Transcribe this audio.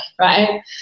right